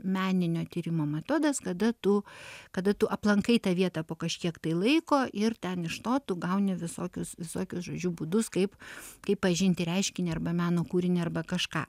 meninio tyrimo metodas kada tu kada tu aplankai tą vietą po kažkiek tai laiko ir ten iš to tu gauni visokius visokius žodžiu būdus kaip kaip pažinti reiškinį arba meno kūrinį arba kažką